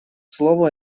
слово